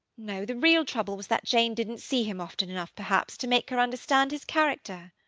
no the real trouble was that jane didn't see him often enough, perhaps, to make her understand his character.